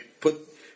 put